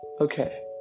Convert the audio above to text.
okay